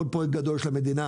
עוד פרויקט גדול של המדינה,